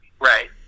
Right